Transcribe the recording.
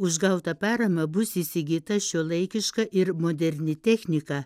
už gautą paramą bus įsigyta šiuolaikiška ir moderni technika